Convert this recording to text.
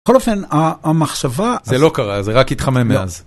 בכל אופן, המחשבה, זה לא קרה זה רק התחמם מאז.